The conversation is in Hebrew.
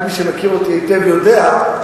רק מי שמכיר אותי היטב יודע,